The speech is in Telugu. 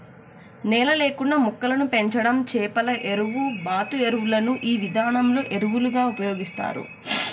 నేల లేకుండా మొక్కలను పెంచడం చేపల ఎరువు, బాతు ఎరువులను ఈ విధానంలో ఎరువులుగా ఉపయోగిస్తారు